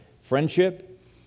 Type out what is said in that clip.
friendship